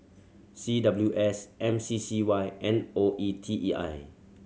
C W S M C C Y and O E T E I